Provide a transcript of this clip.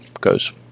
goes